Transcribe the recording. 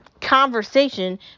conversation